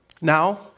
Now